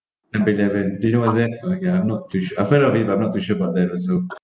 unpaid levant do you know what is that like I'm not too su~ I'm felt of it but I'm not too sure about that also